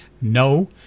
no